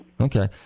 okay